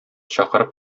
чакырып